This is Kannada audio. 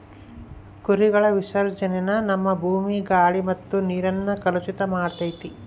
ಕುರಿಗಳ ವಿಸರ್ಜನೇನ ನಮ್ಮ ಭೂಮಿ, ಗಾಳಿ ಮತ್ತೆ ನೀರ್ನ ಕಲುಷಿತ ಮಾಡ್ತತೆ